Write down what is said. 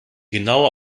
genaue